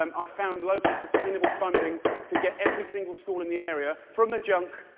um i found local sustainable funding to get every single school in the area from the junk,